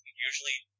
Usually